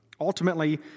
Ultimately